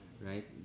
Right